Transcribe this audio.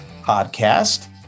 Podcast